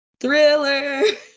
thriller